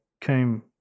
came